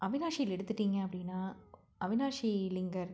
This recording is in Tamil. அவினாஷியில் எடுத்துகிட்டீங்க அப்படின்னா அவினாஷிலிங்கர்